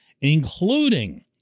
including